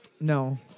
No